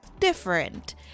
Different